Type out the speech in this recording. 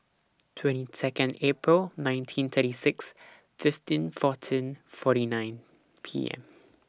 twenty Second April nineteen thirty six fifteen fourteen forty nine P M